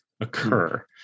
occur